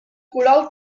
coral